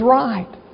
right